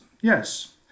yes